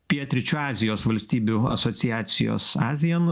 pietryčių azijos valstybių asociacijos asean